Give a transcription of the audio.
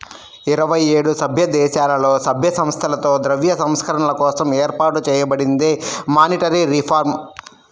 ఇరవై ఏడు సభ్యదేశాలలో, సభ్య సంస్థలతో ద్రవ్య సంస్కరణల కోసం ఏర్పాటు చేయబడిందే మానిటరీ రిఫార్మ్